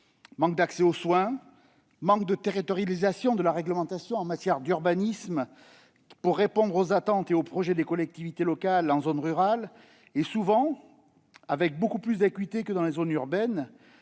manque d'accès aux soins, manque de territorialisation de la réglementation en matière d'urbanisme, pour répondre aux attentes et aux projets des collectivités locales en zone rurale. Tous ces manques entraînent, avec souvent beaucoup plus d'acuité que dans les zones urbaines,